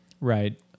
Right